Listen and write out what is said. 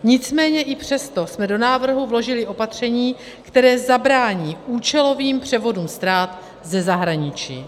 Nicméně i přesto jsme do návrhu vložili opatření, které zabrání účelovým převodům ztrát ze zahraničí.